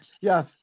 Yes